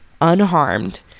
unharmed